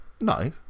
No